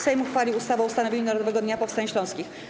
Sejm uchwalił ustawę o ustanowieniu Narodowego Dnia Powstań Śląskich.